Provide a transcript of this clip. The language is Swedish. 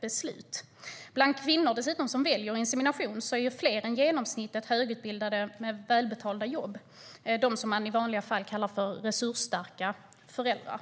beslut. Bland kvinnor som väljer insemination är dessutom fler än genomsnittet högutbildade med välbetalda jobb, sådana som man i vanliga fall kallar resursstarka föräldrar.